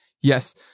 Yes